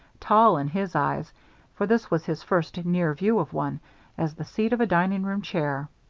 tall, in his eyes for this was his first near view of one as the seat of a dining-room chair.